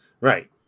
Right